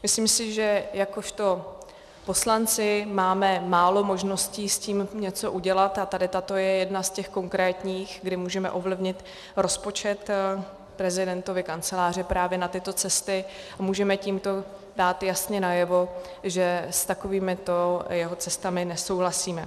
Myslím si, že jakožto poslanci máme málo možností s tím něco udělat, a tady tato je jedna z těch konkrétních, kdy můžeme ovlivnit rozpočet prezidentovy kanceláře právě na tyto cesty a můžeme tímto dát jasně najevo, že s takovýmito jeho cestami nesouhlasíme.